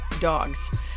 dogs